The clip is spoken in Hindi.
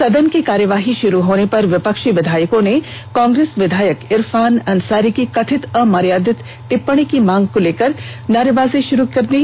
सदन की कार्यवाही शुरू होने पर विपक्षी विधायकों ने कांग्रेस विधायक इरफान अंसारी की कथित अमर्यादित टिप्पणी की मांग को लेकर नारेबाजी शुरू कर दी